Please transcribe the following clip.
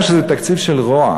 הווה אומר שזה תקציב של רוע,